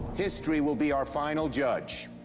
history will be our final judge.